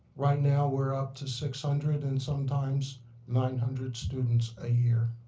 right now we're up to six hundred and sometimes nine hundred students a year,